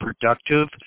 productive